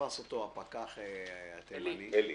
תפס אותו הפקח עלי, עלי